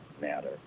matter